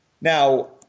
Now